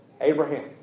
Abraham